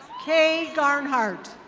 kay garnheart.